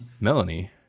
Melanie